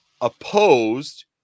opposed